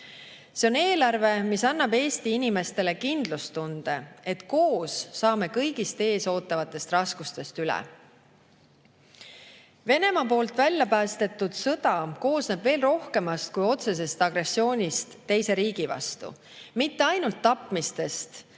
See on eelarve, mis annab Eesti inimestele kindlustunde, et koos saame kõigist ees ootavatest raskustest üle. Venemaa vallapäästetud sõda koosneb rohkemast kui otsesest agressioonist teise riigi vastu – mitte ainult tapmistest,